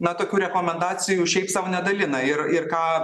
na tokių rekomendacijų šiaip sau nedalina ir ir ką